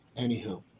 anywho